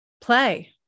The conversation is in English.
play